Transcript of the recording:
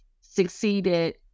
succeeded